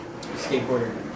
skateboarder